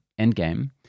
Endgame